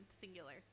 singular